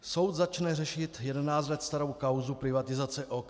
Soud začne řešit 11 let starou kauzu privatizace OKD.